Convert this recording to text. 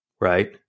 right